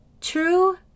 True